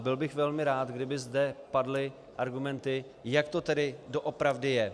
Byl bych velmi rád, kdyby zde padly argumenty, jak to tedy doopravdy je.